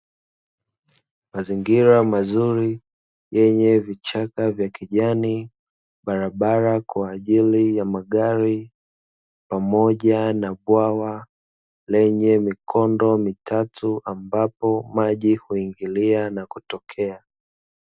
Mazingira mazuri yenye vichaka vya kijani, barabara kwa ajili ya magari, pamoja na bwawa lenye mikondo mitatu, ambapo maji huingilia na kutokea.